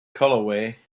colorway